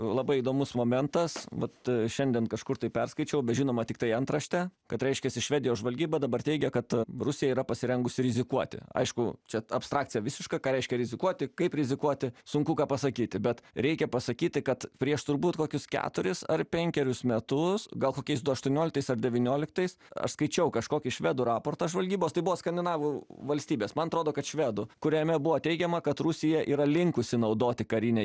labai įdomus momentas vat šiandien kažkur tai perskaičiau bet žinoma tiktai antraštę kad reiškiasi švedijos žvalgyba dabar teigia kad rusija yra pasirengusi rizikuoti aišku čia abstrakcija visiška ką reiškia rizikuoti kaip rizikuoti sunku ką pasakyti bet reikia pasakyti kad prieš turbūt kokius keturis ar penkerius metus gal kokiais du aštuonioliktais ar devynioliktais aš skaičiau kažkokį švedų raportą žvalgybos tai buvo skandinavų valstybės man atrodo kad švedų kuriame buvo teigiama kad rusija yra linkusi naudoti karinę